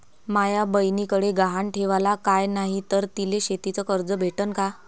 माया बयनीकडे गहान ठेवाला काय नाही तर तिले शेतीच कर्ज भेटन का?